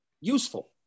useful